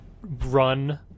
run